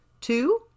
Two